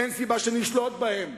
אין סיבה שנשלוט בהם,